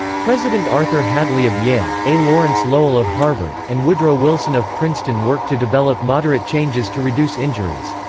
president arthur hadley of yale, a. lawrence lowell of harvard, and woodrow wilson of princeton worked to develop moderate changes to reduce injuries.